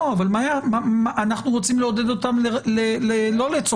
לא, אנחנו רוצים לעודד אותם לא לצופף,